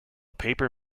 paper